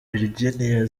virginia